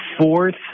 fourth